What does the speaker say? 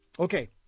Okay